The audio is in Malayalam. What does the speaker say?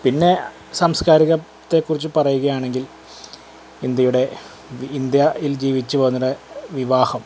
പിന്നെ സംസ്കാരികത്തേ കുറിച്ചു പറയുകയാണെങ്കിൽ ഇന്ത്യയുടെ ഇന്ത്യയിൽ ജീവിച്ചു വന്നവരുടെ വിവാഹം